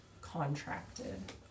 contracted